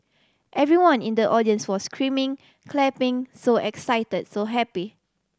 everyone in the audience was screaming clapping so excited so happy